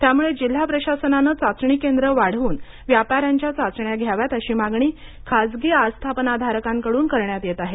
त्यामुळं जिल्हा प्रशासनाने चाचणी केंद्रं वाढवून व्यापाऱ्यांच्या चाचण्या घ्याव्यातस अशी मागणी खाजगी आस्थापनाधारकांकडून करण्यात येत आहे